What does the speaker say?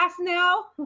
now